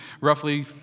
roughly